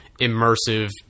immersive